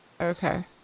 okay